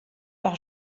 par